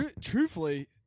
Truthfully